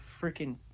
freaking